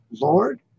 Lord